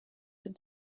had